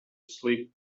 sleep